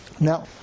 Now